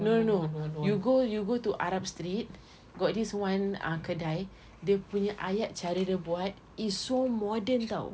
no no you go you go to arab street got this [one] uh kedai dia punya ayat cara dia buat is so modern [tau]